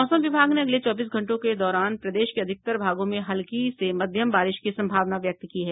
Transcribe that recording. मौसम विभाग ने अगले चौबीस घंटों के दौरान प्रदेश के अधिकतर भागों में हल्की से मध्यम बारिश की संभावना व्यक्त की है